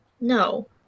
No